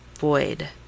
void